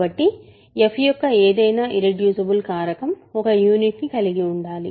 కాబట్టి f యొక్క ఏదైనా ఇర్రెడ్యూసిబుల్ కారకం ఒక యూనిట్ ని కలిగి ఉండాలి